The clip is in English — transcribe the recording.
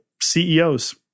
CEOs